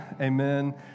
amen